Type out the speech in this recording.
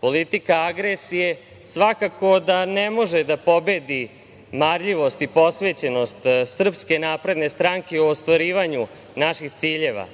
politika agresije svakako da ne može da pobedi marljivosti i posvećenost SNS u ostvarivanju naših ciljeva,